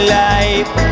life